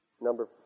Number